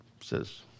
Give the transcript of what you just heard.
says